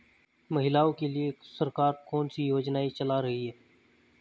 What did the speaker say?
महिलाओं के लिए सरकार कौन सी योजनाएं चला रही है?